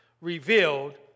revealed